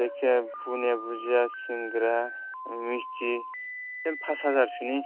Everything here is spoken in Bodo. जायखिजाया बुन्दिया भुजिया सिंग्रा मिस्टि पास हाजारसोनि